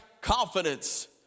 confidence